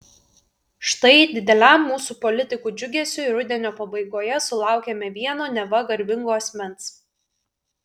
štai dideliam mūsų politikų džiugesiui rudenio pabaigoje sulaukėme vieno neva garbingo asmens